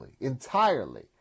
entirely